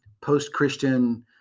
post-Christian